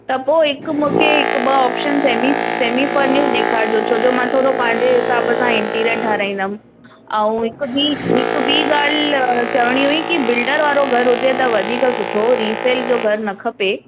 त पोइ हिकु मूंखे हिकु ॿ ऑपशन सेमी सेमी फर्निश ॾेखारिजो छोजो मां थोरो पंहिंजे हिसाब सां इंटिरिअर ठहाराईंदमि ऐं हिक ॿी हिक ॿी ॻाल्हि चवणी हुई की बिल्डर वारो घरु हुजे त वधीक सुठो रीसेल जो घर न खपे